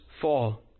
fall